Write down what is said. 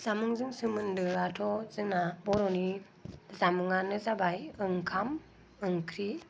जामुंजों सोमोनदोआथ' जोंना बर'नि जामुङानो जाबाय ओंखाम ओंख्रि